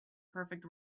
perfect